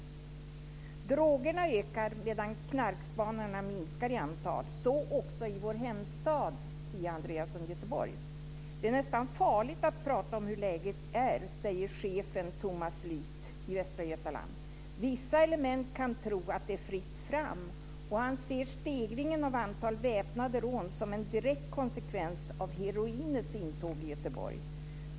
Drogerna ökar medan knarkspanarna minskar i antal, så också i vår hemstad Göteborg, Kia Andreasson. Det är nästa farligt att prata om hur läget är, säger chefen Thomas Lyth i Västra Götaland. Vissa element kan tro att det är fritt fram. Han ser stegringen av antalet väpnade rån som en direkt konsekvens av heroinets intåg i Göteborg.